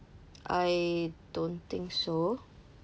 I don't think so